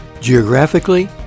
geographically